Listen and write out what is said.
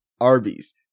Arby's